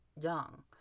young